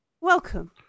Welcome